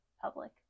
public